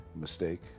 mistake